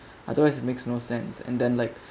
otherwise it makes no sense and then like